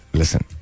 listen